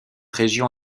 région